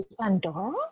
Pandora